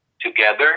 together